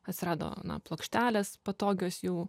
atsirado na plokštelės patogios jau